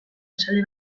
esaldi